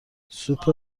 سوپ